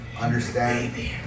understand